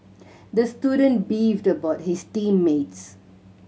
the student beefed about his team mates